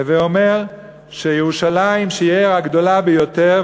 הווי אומר שירושלים שהיא העיר הגדולה ביותר,